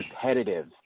competitive